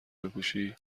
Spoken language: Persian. بپوشی